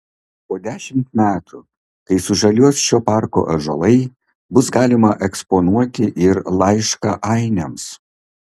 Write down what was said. po dešimt metų kai sužaliuos šio parko ąžuolai bus galima eksponuoti ir laišką ainiams